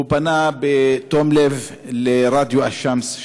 הוא פנה בתום לב לרדיו א-שמס,